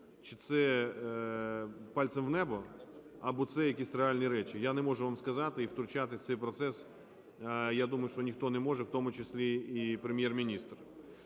чи це пальцем в небо, або це якісь реальні речі. Я не можу вам сказати і втручатись в цей процес, я думаю, що ніхто не може, в тому числі і Прем'єр-міністр.